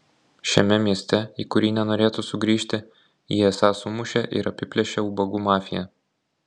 šiame mieste į kurį nenorėtų sugrįžti jį esą sumušė ir apiplėšė ubagų mafija